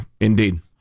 indeed